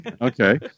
Okay